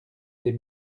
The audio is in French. des